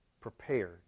prepared